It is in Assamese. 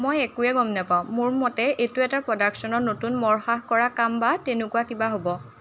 মই একোৱেই গম নাপাওঁ মোৰ মতে এইটো এটা প্ৰডাকশ্যনৰ নতুন মৰসাহ কৰা কাম বা তেনেকুৱা কিবা হ'ব